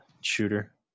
shooter